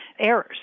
errors